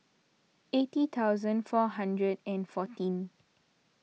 eighty thousand four hundred and fourteen